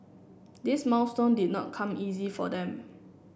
this milestone did not come easy for them